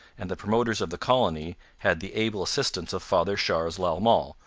and the promoters of the colony had the able assistance of father charles lalemant,